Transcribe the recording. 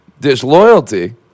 Disloyalty